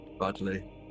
Badly